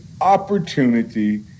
Opportunity